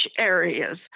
areas